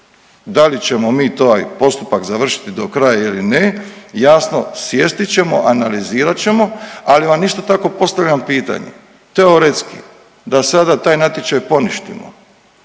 da li ćemo mi taj postupak završiti do kraja ili ne. Jasno sjesti ćemo, analizirat ćemo. Ali vam isto tako postavljam pitanje teoretski da sada taj natječaj poništimo,